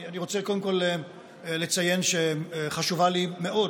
אני רוצה קודם כול לציין שחשובה לי מאוד